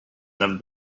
never